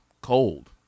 cold